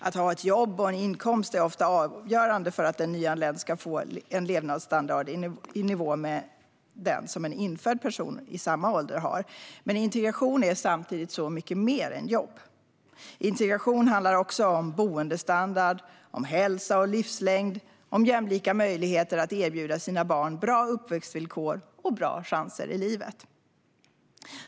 Att ha ett jobb och en inkomst är ofta avgörande för att en nyanländ ska få en levnadsstandard i nivå med den som en infödd person i samma ålder har. Men integration är samtidigt så mycket mer än jobb. Integration handlar också om boendestandard, hälsa och livslängd, och om jämlika möjligheter att erbjuda sina barn bra uppväxtvillkor och bra chanser i livet.